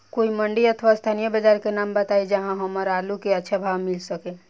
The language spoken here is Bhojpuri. कोई मंडी अथवा स्थानीय बाजार के नाम बताई जहां हमर आलू के अच्छा भाव मिल सके?